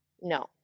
no